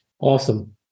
Awesome